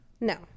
No